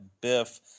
Biff